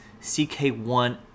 CK1